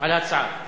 אלא הצעה.